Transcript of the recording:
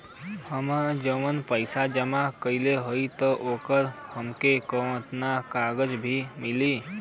हम जवन पैसा जमा कइले हई त ओकर हमके कौनो कागज भी मिली?